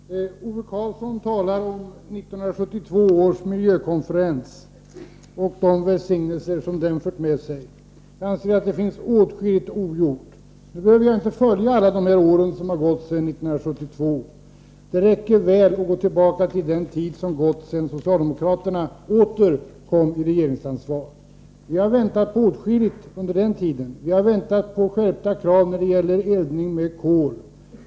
Herr talman! Ove Karlsson talar om 1972 års miljökonferens och de välsignelser som den fört med sig. Jag anser att det finns åtskilligt ogjort. Jag behöver inte följa alla de år som har gått sedan 1972. Det räcker väl att gå tillbaka till den tid som förflutit sedan socialdemokraterna åter fick regeringsansvar. Vi har väntat på åtskilligt under den tiden, bl.a. på skärpta krav när det gäller eldning med kol.